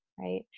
Right